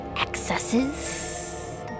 excesses